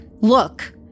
look